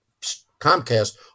Comcast